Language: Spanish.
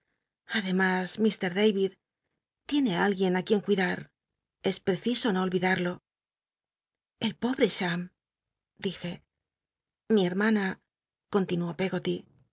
ifr dayicl tiene alguien í cruien cuidar es preciso no olviclarlo el pobre cham dije mi hermana continuó peggoty